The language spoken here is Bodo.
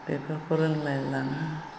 बेफोरखौ रोंलायलाङा